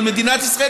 על מדינת ישראל,